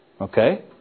Okay